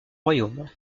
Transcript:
royaume